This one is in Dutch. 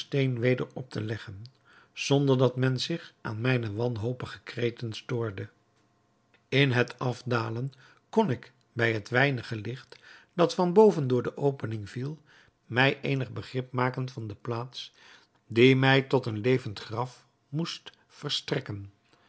weder op te leggen zonder dat men zich aan mijne wanhopige kreten stoorde in het afdalen kon ik bij het weinige licht dat van boven door de opening viel mij eenig begrip maken van de plaats die mij tot een levend graf moest verstrekken